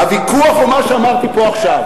הוויכוח הוא מה שאמרתי פה עכשיו.